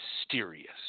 mysterious